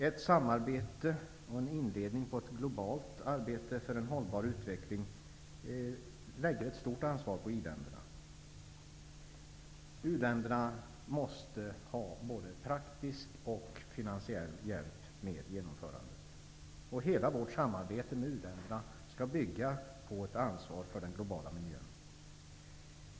Ett samarbete och en inledning på ett globalt arbete för en hållbar utveckling lägger ett stort ansvar på i-länderna. U-länderna måste få både praktisk och finansiell hjälp med genomförandet. Hela vårt samarbete med uländerna skall bygga på ett ansvar för den globala miljön.